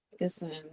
Listen